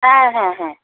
হ্যাঁ হ্যাঁ হ্যাঁ